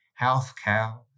healthcare